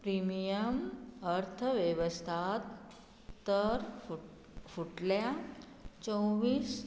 premium अर्थ वेवस्था तर फुट फुटल्या चोवीस